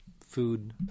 food